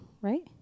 right